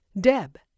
Deb